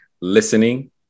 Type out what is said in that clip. listening